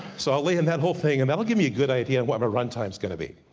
so i'll lay in that whole thing, and that'll give me a good idea, of what my run time's gonna be.